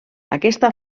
aquesta